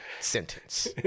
sentence